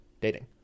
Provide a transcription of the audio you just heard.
dating